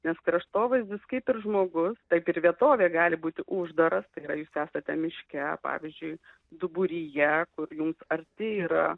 ir kraštovaizdis kaip žmogus taip ir vietovė gali būti uždaras tikrai esate miške pavyzdžiui duburyje kur link arti yra